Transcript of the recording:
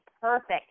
perfect